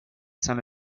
son